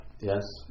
Yes